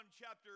chapter